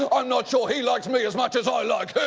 ah i'm not sure he likes me as much as i like